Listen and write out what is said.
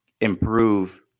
improve